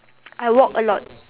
I walk a lot